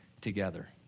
together